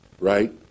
right